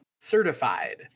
certified